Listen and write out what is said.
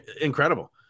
Incredible